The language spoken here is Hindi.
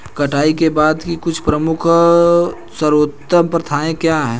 कटाई के बाद की कुछ प्रमुख सर्वोत्तम प्रथाएं क्या हैं?